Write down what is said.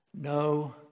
no